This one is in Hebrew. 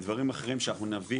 אלו דברים אחרים שאנחנו נביא,